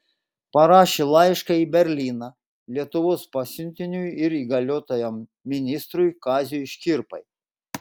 parašė laišką į berlyną lietuvos pasiuntiniui ir įgaliotajam ministrui kaziui škirpai